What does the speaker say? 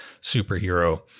superhero